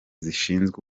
zishinzwe